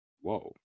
Whoa